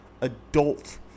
adult